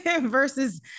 Versus